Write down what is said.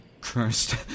cursed